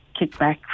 kickback